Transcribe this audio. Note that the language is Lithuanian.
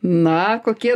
na kokie